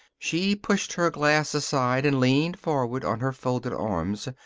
she pushed her glass aside and leaned forward on her folded arms,